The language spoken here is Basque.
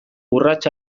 urrats